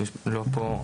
שלא נמצא פה,